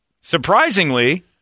Surprisingly